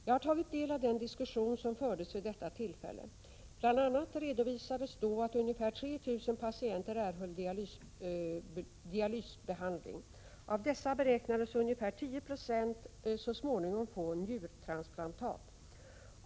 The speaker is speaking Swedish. Jag har tagit del av den diskussion som fördes vid detta tillfälle. Bl. a. redovisades då att ungefär 3 000 patienter erhöll dialysbehandling. Av dessa beräknades ungefär 10 90 så småningom få njurtransplantat.